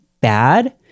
bad